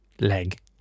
leg